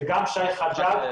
זה גם שי חג'ג',